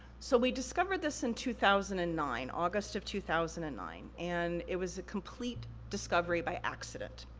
so, we discovered this in two thousand and nine, august of two thousand and nine, and it was a complete discovery by accident.